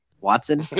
Watson